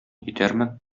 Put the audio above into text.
итәрмен